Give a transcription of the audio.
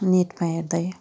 नेटमा हेर्दै